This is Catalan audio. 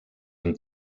amb